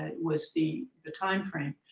ah was the the time frame.